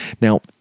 Now